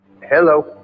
Hello